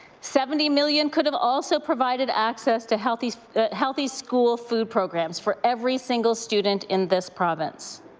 seventy million could have also provided access to healthy healthy school food programs for every single student in this province.